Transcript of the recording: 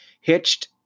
hitched